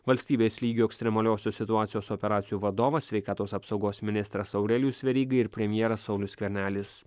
valstybės lygio ekstremaliosios situacijos operacijų vadovas sveikatos apsaugos ministras aurelijus veryga ir premjeras saulius skvernelis